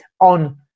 on